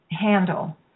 handle